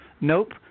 Nope